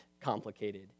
complicated